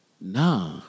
Nah